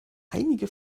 einige